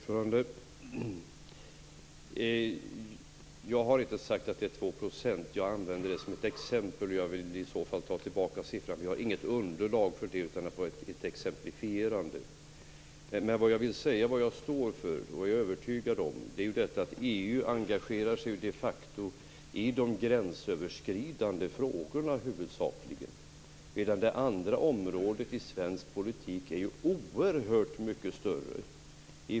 Herr talman! Jag har inte talat om 2 %. Jag använde det som ett exempel, och jag vill ta tillbaka siffran. Vi har inget underlag för det, utan det var ett exemplifierande. Vad jag står för - vad jag är övertygad om - är att EU de facto huvudsakligen engagerar sig i de gränsöverskridande frågorna. Andra områden i svensk politik är oerhört mycket större.